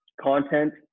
content